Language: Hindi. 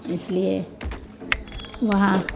इसलिए वहाँ